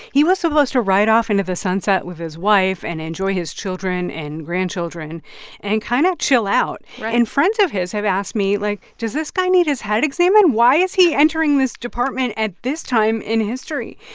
he was supposed to ride off into the sunset with his wife and enjoy his children and grandchildren and kind of chill out. and friends of his have asked me, like, does this guy need his head examined? why is he entering this department at this time in history?